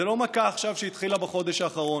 זו לא מכה שהתחילה עכשיו בחודש האחרון.